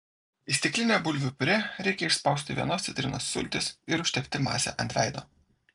į stiklinę bulvių piurė reikia išspausti vienos citrinos sultis ir užtepti masę ant veido